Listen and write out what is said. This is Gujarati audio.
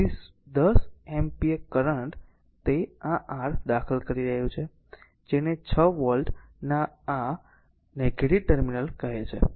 તેથી 10 એમ્પીયર કરંટ તે આ r દાખલ કરી રહ્યું છે જેને 6 વોલ્ટ ના આ નેગેટીવ ટર્મિનલ કહે છે